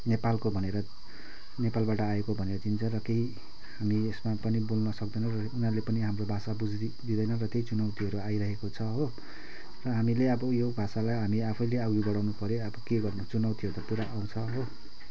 नेपालको भनेर नेपालबाट आएको भनेर चिन्छ र केही हामी यसमा पनि बोल्न सक्दैनौँ र उनीहरूले पनि हाम्रो भाषा बुझिदिँदैन र त्यही चुनौतीहरू आइरहेको छ हो र हामीले अब यो भाषालाई हामी आफैले अघि बढाउनु पऱ्यो अब के गर्नु चुनौतीहरू त पुरा आउँछ हो